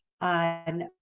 on